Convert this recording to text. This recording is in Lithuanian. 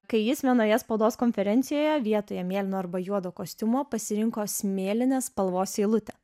kai jis vienoje spaudos konferencijoje vietoje mėlyno arba juodo kostiumo pasirinko smėlinės spalvos eilutę